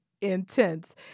intense